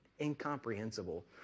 incomprehensible